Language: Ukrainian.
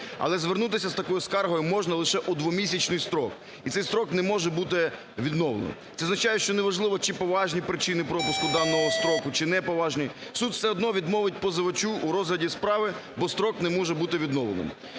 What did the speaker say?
але звернутися з такою скаргою можна лише у двомісячний строк, і цей строк не може бути відновлений. Це означає, що неважливо, чи поважні причини пропуску даного строку, чи неповажні, суд все одно відмовить позивачу у розгляді справи, бо строк не може бути відновленим.